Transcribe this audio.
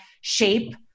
shape